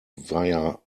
via